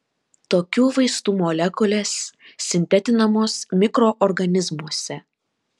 tokių vaistų molekulės sintetinamos mikroorganizmuose